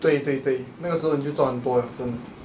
对对对那个时候你就赚很多 liao 真的